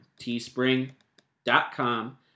teespring.com